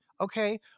Okay